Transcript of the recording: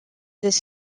this